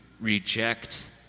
reject